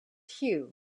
hugh